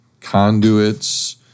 conduits